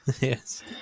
Yes